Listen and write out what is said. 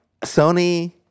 Sony